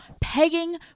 pegging